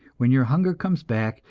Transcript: when your hunger comes back,